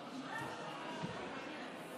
בבקשה.